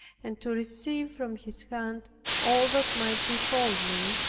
and to receive from his hand all that might befall me,